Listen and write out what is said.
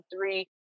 three